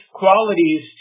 qualities